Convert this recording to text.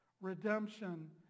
Redemption